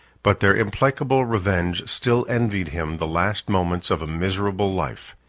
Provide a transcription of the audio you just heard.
but their implacable revenge still envied him the last moments of a miserable life,